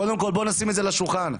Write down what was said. בואו נשים את זה על השולחן,